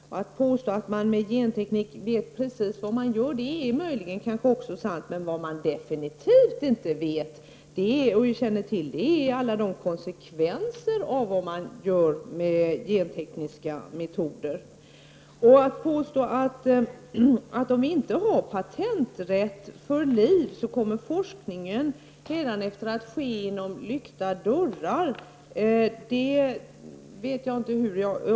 Att påstå att man även inom gentekniken vet precis vad man gör är möjligen också sant, men vad man definitivt inte känner till är alla konsekvenser av det som man åstadkommer med gentekniska metoder. Jag vet inte om Inger Hestvik verkligen menar att om man inte har patenträtt för liv, kommer forskningen hädanefter att bedrivas bakom lyckta dörrar.